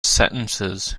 sentences